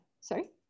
sorry